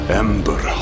ember